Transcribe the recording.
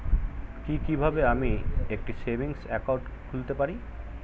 কি কিভাবে আমি একটি সেভিংস একাউন্ট খুলতে পারি?